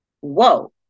Whoa